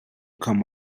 come